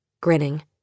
grinning